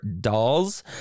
dolls